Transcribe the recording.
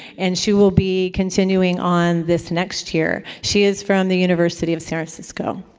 and she will be continuing on this next year. she is from the university of san francisco.